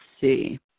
see